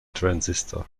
transistor